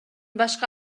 башка